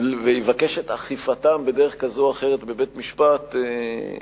ויבקש את אכיפתם בדרך כזו או אחרת בבית-משפט אזרחי,